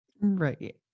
Right